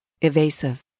Evasive